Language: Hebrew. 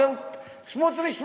אז סמוטריץ מבסוט.